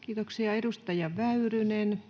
Kiitoksia. — Edustaja Väyrynen.